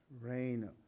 rain